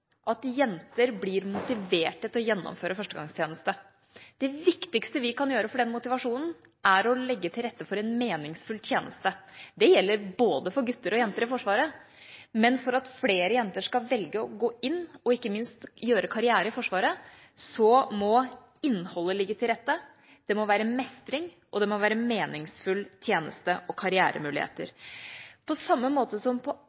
at jenter blir motiverte til å gjennomføre førstegangstjeneste. Det viktigste vi kan gjøre for den motivasjonen, er å legge til rette for en meningsfull tjeneste. Det gjelder for både gutter og jenter i Forsvaret, men for at flere jenter skal velge å gå inn og ikke minst gjøre karriere i Forsvaret, må innholdet ligge til rette, det må være mestring, og det må være en meningsfull tjeneste og karrieremuligheter. På samme måte som på